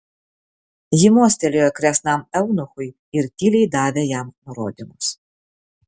ji mostelėjo kresnam eunuchui ir tyliai davė jam nurodymus